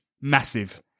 Massive